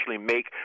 make